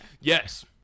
Yes